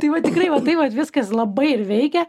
tai va tikrai va taip vat viskas labai veikia